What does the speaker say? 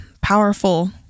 powerful